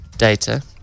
data